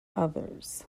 others